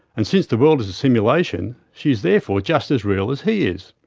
and since the world is a simulation, she is therefore just as real as he is.